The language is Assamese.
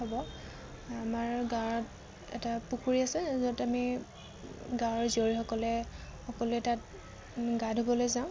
হ'ব আমাৰ গাঁৱত এটা পুখুৰী আছে য'ত আমি গাঁৱৰ জীয়ৰীসকলে সকলোৱে তাত গা ধুবলৈ যাওঁ